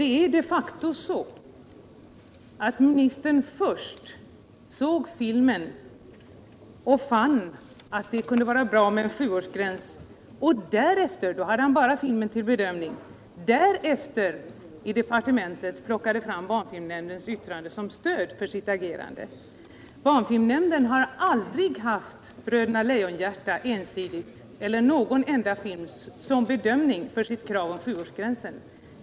Det är de facto så att ministern först såg filmen och fann av något skäl att det kunde vara bra med en sjuårsgräns och därefter — då hade han bara filmen till bedömning — i departementet plockade fram barnfilmnämndens yttrande som stöd för sitt agerande. Barnfilmnämnden har aldrig haft Bröderna Lejonhjärta ensidigt — eller någon enda film — som motivering för sitt krav på sjuårsgränsen.